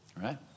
right